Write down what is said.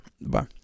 Bye